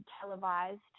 televised